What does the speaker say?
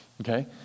Okay